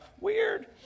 Weird